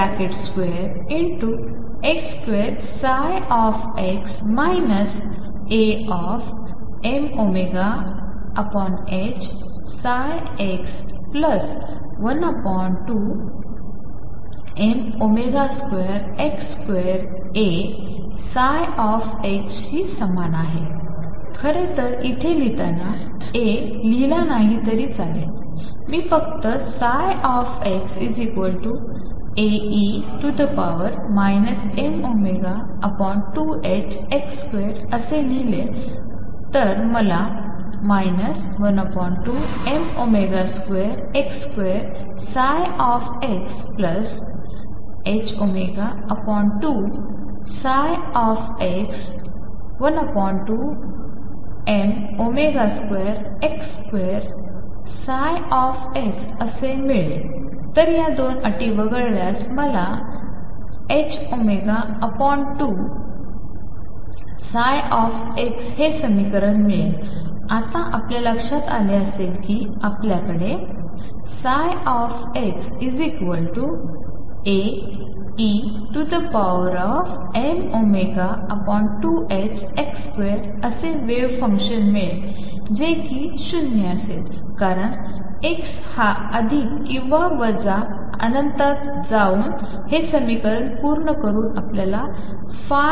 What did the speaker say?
शी समान आहे खरं तरइथे लिहिताना A लिहिला नाही तरी चालेल मग मी फक्त ψ Ae mω2ℏx2 असे लिहिलं तर मग मला 12m2x2xℏω2x12m2x2ψअसे मिळेल तर या दोन अटी वगळल्यास मला ℏω2 ψxहे समीकरण मिळेल आता आपल्या लक्ष्यात आले असेल कि आपल्याला इथे xAe mω2ℏx2 असे वेव्ह फंक्शन मिळेल जे कि ० असेल कारण x हा अधिक किंवा वजा ∞ मध्ये जाऊन हे समीकरण पूर्ण करून आपल्याला ψ